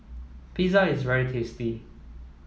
pizza is very tasty